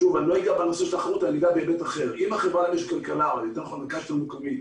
שוב לא אגע בנושא התחרות אלא בהיבט אחר: אם מרכז שלטון מקומי,